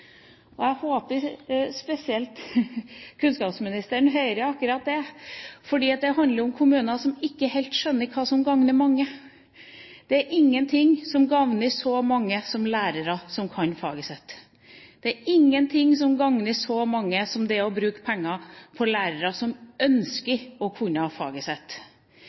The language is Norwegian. flere. Jeg håper spesielt kunnskapsministeren hører akkurat det, for det handler om kommuner som ikke helt skjønner hva som gagner mange. Det er ingenting som gagner så mange som lærere som kan faget sitt. Det er ingenting som gagner så mange som det å bruke penger på lærere som ønsker å kunne